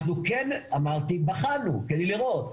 אנחנו כן, אמרתי, בחנו, כדי לראות.